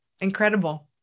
Incredible